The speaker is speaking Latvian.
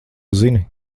zini